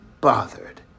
bothered